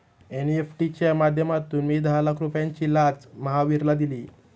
NEFT च्या माध्यमातून मी दहा लाख रुपयांची लाच महावीरला दिली